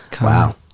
Wow